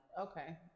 okay